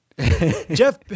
Jeff